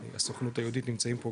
הסוכנות היהודית נמצאים פה,